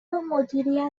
مدیریت